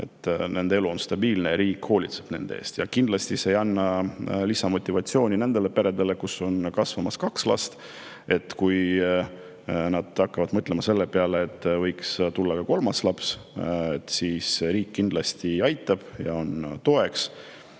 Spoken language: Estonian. et nende elu on stabiilne, et riik hoolitseb nende eest. Ja kindlasti ei anna see nendele peredele, kus on kasvamas kaks last, kindlustunnet, et kui nad hakkavad mõtlema selle peale, et võiks tulla ka kolmas laps, siis riik aitab ja on toeks.